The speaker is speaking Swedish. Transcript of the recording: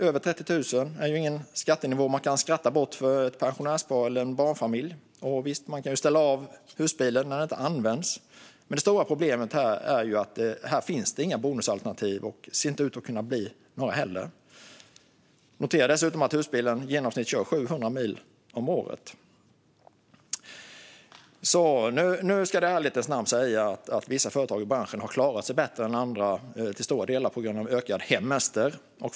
Över 30 000 är inte en skattenivå som ett pensionärspar eller en barnfamilj kan skratta bort. Visst kan man ställa av husbilen när den inte används. Men det stora problemet är att det inte finns några bonusalternativ. Det ser inte heller ut att bli några. Jag noterar dessutom att en husbil kör i genomsnitt 700 mil per år. Nu ska det i ärlighetens namn sägas att vissa företag i branschen har klarat sig bättre än andra, till stora delar på grund av att hemestrandet har ökat.